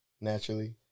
Naturally